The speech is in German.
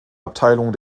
abteilung